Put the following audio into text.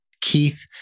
Keith